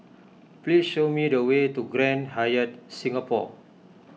please show me the way to Grand Hyatt Singapore